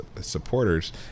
supporters